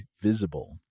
Visible